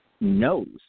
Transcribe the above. knows